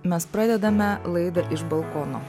mes pradedame laidą iš balkono